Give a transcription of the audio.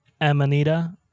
Amanita